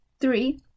Three